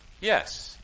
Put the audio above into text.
Yes